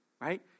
right